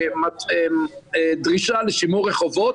בלי דרישה לשימור רחובות.